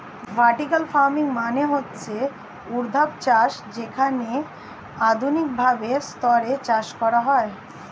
vertical farming মানে হচ্ছে ঊর্ধ্বাধ চাষ যেখানে আধুনিক ভাবে স্তরে চাষ করা হয়